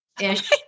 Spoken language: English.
ish